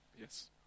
Yes